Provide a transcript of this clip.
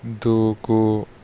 దూకు